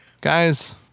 Guys